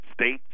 state